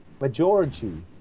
majority